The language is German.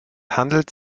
handelt